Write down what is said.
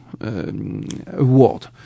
award